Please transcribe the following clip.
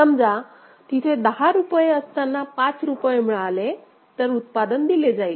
समजा तिथे दहा रुपये असताना पाच रुपये मिळाले तर उत्पादन दिले जाईल